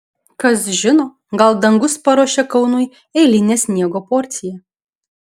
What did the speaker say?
kas žino gal dangus paruošė kaunui eilinę sniego porciją